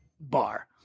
bar